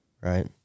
right